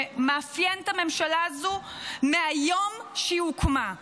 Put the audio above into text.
שמאפיין את הממשלה הזו מהיום שהיא הוקמה.